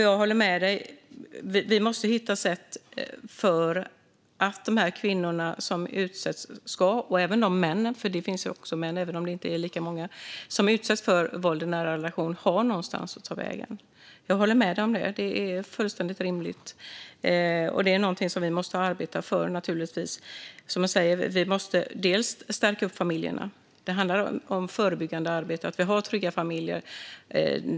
Jag håller med ledamoten om att vi måste hitta sätt för att de kvinnor - och även män, även om de inte är lika många - som utsätts våld i en nära relation har någonstans att ta vägen. Det är fullständigt rimligt och någonting som vi naturligtvis måste arbeta för. Vi måste stärka familjen. Det handlar om förebyggande arbete för att få trygga familjer.